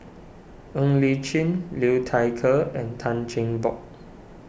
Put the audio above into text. Ng Li Chin Liu Thai Ker and Tan Cheng Bock